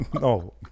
no